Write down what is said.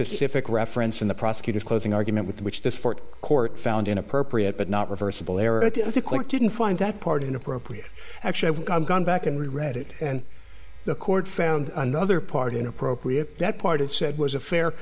specific reference in the prosecutor's closing argument which the court found inappropriate but not reversible error to quit didn't find that part inappropriate actually i've gone back and read it and the court found another part inappropriate that part it said was a fair